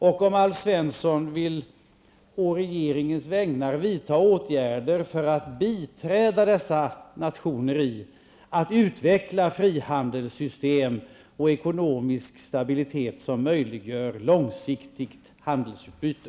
Vill Alf Svensson å regeringens vägnar vidta åtgärder för att biträda dessa nationer i arbetet att utveckla frihandelssystem och ekonomisk stabilitet, som möjliggör långsiktigt handelsutbyte?